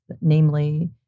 namely